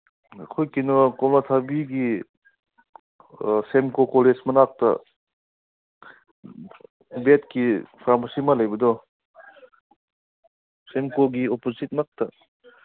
ꯑꯩꯈꯣꯏ ꯀꯩꯅꯣ ꯀꯣꯝꯂꯥꯊꯥꯕꯤꯒꯤ ꯁꯦꯝꯀꯣ ꯀꯣꯂꯦꯖ ꯃꯅꯥꯛꯇ ꯚꯦꯠꯀꯤ ꯐꯥꯔꯃꯥꯁꯤ ꯑꯃ ꯂꯩꯕꯗꯣ ꯁꯦꯝꯀꯣꯒꯤ ꯑꯣꯄꯣꯖꯤꯠꯃꯛꯇ